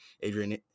Adrian